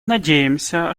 надеемся